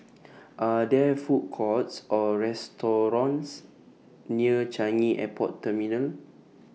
Are There Food Courts Or restaurants near Changi Airport Terminal